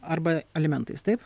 arba alimentais taip